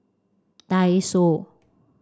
Daiso